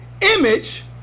image